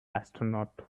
astronaut